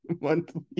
monthly